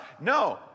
No